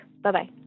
Bye-bye